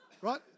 Right